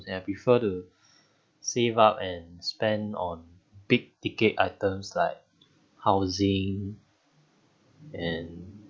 and I prefer to save up and spend on big ticket items like housing and